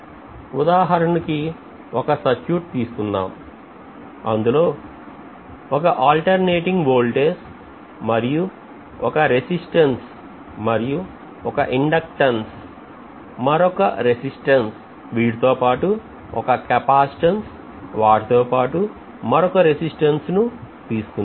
ఉదాహరణకి ఒక సర్క్యూట్ తీసుకుందాం అందులో లో ఒక alternating voltage మరియు ఒక resistance మరియు ఒక inductance మరొక resistance వాటితో పాటు ఒక capacitance వాటితో పాటు మరొక resistance ను తీసుకుందాం